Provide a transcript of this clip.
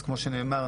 כמו שנאמר,